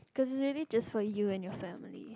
cause it's really just for you and your families